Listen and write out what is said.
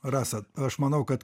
rasa aš manau kad